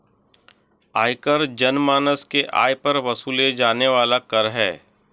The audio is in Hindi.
आयकर जनमानस के आय पर वसूले जाने वाला कर है